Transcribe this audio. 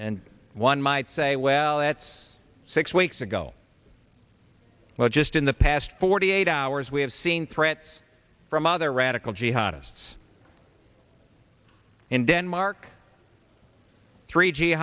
and one might say well that's six weeks ago well just in the past forty eight hours we have seen threats from other radical jihadists in denmark three